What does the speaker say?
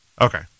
Okay